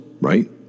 right